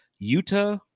Utah